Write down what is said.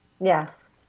Yes